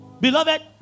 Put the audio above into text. Beloved